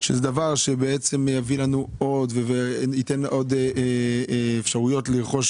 שזה דבר שהוא בעצם יביא לנו עוד וייתן עוד אפשרויות לרכוש